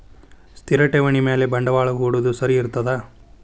ಸ್ಥಿರ ಠೇವಣಿ ಮ್ಯಾಲೆ ಬಂಡವಾಳಾ ಹೂಡೋದು ಸರಿ ಇರ್ತದಾ?